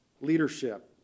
leadership